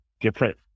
different